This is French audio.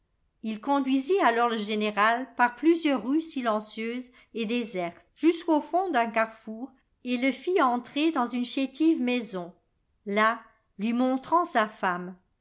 il conduisit alors le général par plusieurs rues silencieuses et désertes jusqu'au fond d'un carrefour et le lit entrer dans une chétive maison là lui montrant sa femme